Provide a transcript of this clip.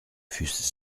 fussent